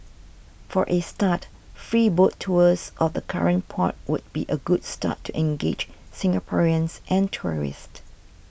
for a start free boat tours of the current port could be a good start to engage Singaporeans and tourists